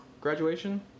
graduation